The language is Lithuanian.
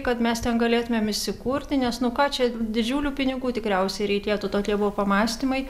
kad mes ten galėtumėm įsikurti nes nu ką čia didžiulių pinigų tikriausiai reikėtų tokie buvo pamąstymai